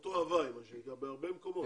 אותו הווי מה שנקרא, בהרבה מקומות.